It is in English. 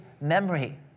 memory